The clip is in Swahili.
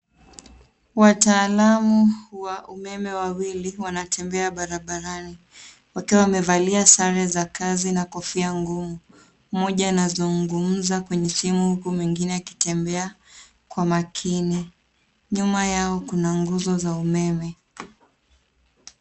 Wataalamu wa umeme wawili wanatembea barabarani wakiwa wamevalia sare za kazi na kofia ngumu. Moja anazungumza kwenye simu huku mwingine akitembea kwa makini. Nyuma yao kuna nguzo za umeme.